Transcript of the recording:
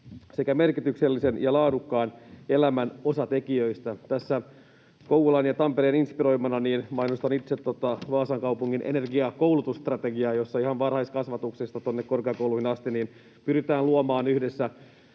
sekä merkityksellisen ja laadukkaan elämän osatekijöistä. Kouvolan ja Tampereen inspiroimana mainostan itse Vaasan kaupungin energia-alan koulutusstrategiaa, jossa ihan varhaiskasvatuksesta tuonne korkeakouluihin asti pyritään luomaan yhdessä